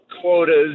quotas